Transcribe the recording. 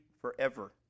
forever